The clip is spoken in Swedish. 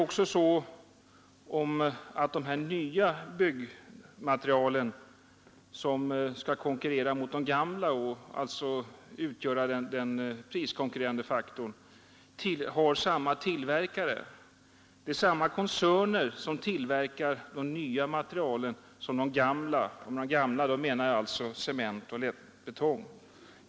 Vidare har de nya byggmaterialen, som skall konkurrera med de gamla och utgöra den priskonkurrerande faktorn, samma tillverkare. Det är alltså samma koncerner som tillverkar de nya materialen och de gamla, och med de gamla menar jag då cement och lättbetong.